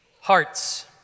hearts